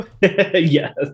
Yes